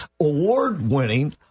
award-winning